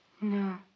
No